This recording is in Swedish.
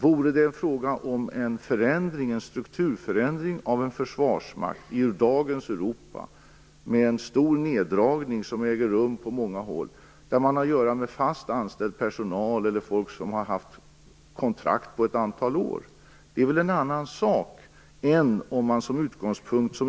Vore det fråga om en strukturförändring av en försvarsmakt i dagens Europa, med en så stor neddragning som den som äger rum på många håll, där man har att göra med fast anställd personal eller med folk som har kontrakt på ett antal år, skulle det vara en annan sak.